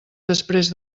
després